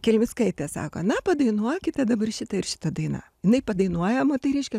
kelmickaitė sako na padainuokite dabar šitą ir šitą dainą jinai padainuoja moteriškė